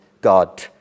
God